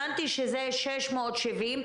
הבנתי שמדובר ב-670,